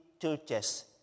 churches